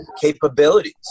capabilities